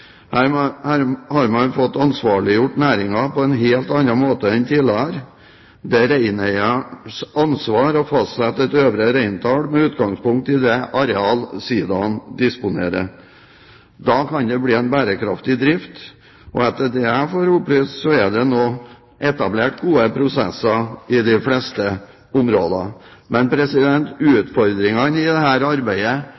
Her har man fått ansvarliggjort næringen på en helt annen måte enn tidligere. Det er reineiernes ansvar å fastsette et øvre reintall, med utgangspunkt i det areal sidaen disponerer. Da kan det bli en bærekraftig drift, og etter det jeg får opplyst, er det nå etablert gode prosesser i de fleste områder. Men